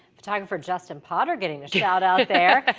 photographer justin potter getting a shout-out there.